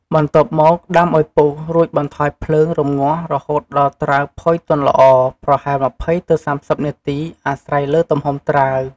បន្ទាប់មក ដាំឱ្យពុះ រួចបន្ថយភ្លើងរម្ងាស់រហូតដល់ត្រាវផុយទន់ល្អ ប្រហែល ២០ ទៅ ៣០ នាទី អាស្រ័យលើទំហំត្រាវ។